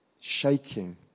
shaking